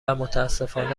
متاسفانه